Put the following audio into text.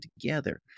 together